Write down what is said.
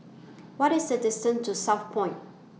What IS The distance to Southpoint